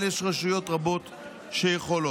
אבל יש רשויות רבות שיכולות.